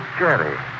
jerry